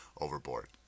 overboard